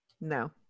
No